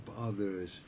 others